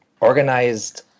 organized